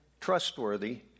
trustworthy